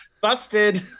Busted